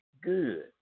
good